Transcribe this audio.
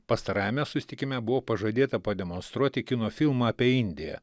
pastarajame susitikime buvo pažadėta pademonstruoti kino filmą apie indiją